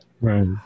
right